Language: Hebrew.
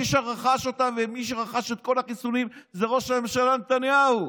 מי שרכש אותן ומי שרכש את כל החיסונים זה ראש הממשלה נתניהו.